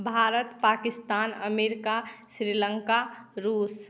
Bharat Pakistan America Sri Lanka रूस